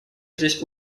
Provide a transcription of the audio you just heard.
здесь